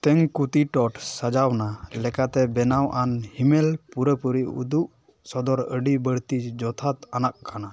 ᱛᱮᱝᱠᱩᱛᱤᱴᱚᱴ ᱥᱟᱡᱟᱣᱱᱟ ᱞᱮᱠᱟᱛᱮ ᱵᱮᱱᱟᱣᱟᱱ ᱦᱤᱢᱮᱞ ᱯᱩᱨᱟᱹᱯᱩᱨᱤ ᱩᱫᱩᱜ ᱥᱚᱫᱚᱨ ᱟᱹᱰᱤ ᱵᱟᱹᱲᱛᱤ ᱡᱚᱛᱷᱟᱛ ᱟᱱᱟᱜ ᱠᱟᱱᱟ